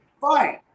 Fine